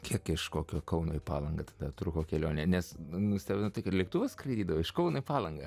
kiek iš kokio kauno į palangą tada truko kelionė nes nustebino tai kad lėktuvas skrido iš kauno į palangą